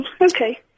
Okay